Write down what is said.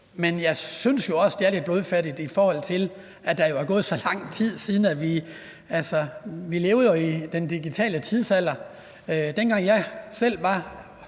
men jeg synes også, det er lidt blodfattigt, i forhold til at der jo er gået så lang tid. Vi lever jo i den digitale tidsalder. Dengang jeg selv var